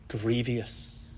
grievous